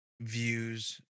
Views